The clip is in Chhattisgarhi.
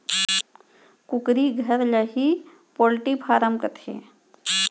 कुकरी घर ल ही पोल्टी फारम कथें